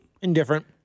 Indifferent